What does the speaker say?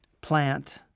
plant